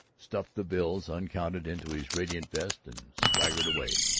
stuffed the bills, uncounted, into his radiant vest, and swaggered away.